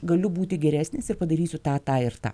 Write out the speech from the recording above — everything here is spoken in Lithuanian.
galiu būti geresnis ir padarysiu tą ir tą